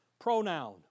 pronoun